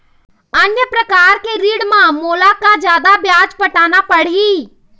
अन्य प्रकार के ऋण म मोला का जादा ब्याज पटाना पड़ही?